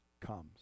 Comes